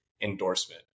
endorsement